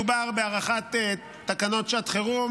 הצעת חוק לתיקון ולהארכת תוקפן של תקנות שעת חירום